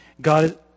God